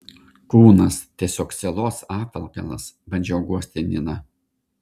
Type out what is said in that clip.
kūnas tiesiog sielos apvalkalas bandžiau guosti niną